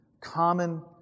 common